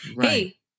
Hey